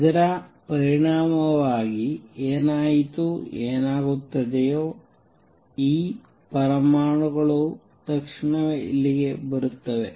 ಇದರ ಪರಿಣಾಮವಾಗಿ ಏನಾಯಿತು ಏನಾಗುತ್ತದೆಯೋ ಈ ಪರಮಾಣುಗಳು ತಕ್ಷಣವೇ ಇಲ್ಲಿಗೆ ಬರುತ್ತವೆ